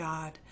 God